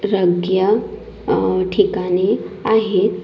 रंकिया ठिकाणे आहेत